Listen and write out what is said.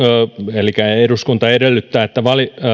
eduskunta edellyttää että